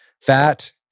Fat